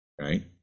right